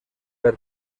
per